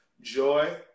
joy